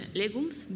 legumes